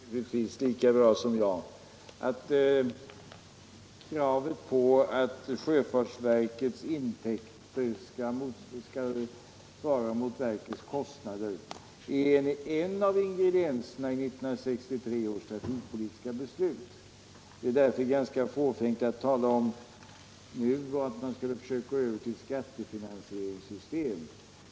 Herr talman! Birger Rosqvist vet naturligtvis lika bra som jag att kravet på att sjöfartsverkets intäkter skall svara mot verkets kostnader är en av ingredienserna i 1963 års trafikpolitiska beslut. Det är därför ganska Nr 53 fåfängt att tala om att man skulle försöka gå över till ett skattefinan Torsdagen den sieringssystem.